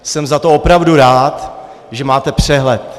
Jsem za to opravdu rád, že máte přehled.